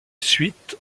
suite